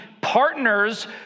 partners